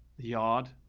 yard.